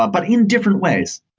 ah but in different ways.